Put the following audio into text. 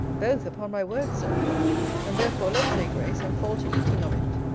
both, upon my word, sir and therefore let's say grace and fall to eating of it.